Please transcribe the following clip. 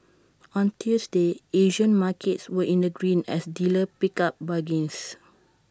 on Tuesday Asian markets were in the green as dealers picked up bargains